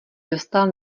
dostal